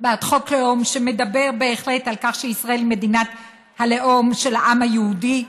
בעד חוק לאום שמדבר בהחלט על כך שישראל מדינת הלאום של העם היהודי,